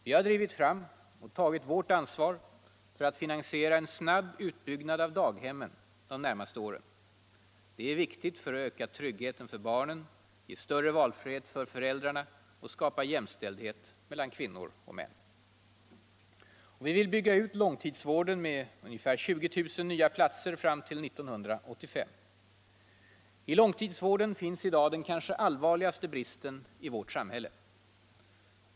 Vi har drivit fram och tagit vårt ansvar för att finansiera en snabb utbyggnad av daghemmen de närmaste åren. Den är viktig för att öka tryggheten för barnen, ge större valfrihet för föräldrarna och skapa jämställdhet mellan kvinnor och män. Vi vill bygga ut långtidsvården med ungefär 20 000 nya platser fram till 1985. I långtidsvården finns i dag den kanske allvarligaste bristen i vårt samhälle.